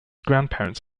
grandparents